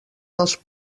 dels